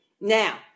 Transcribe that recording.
Now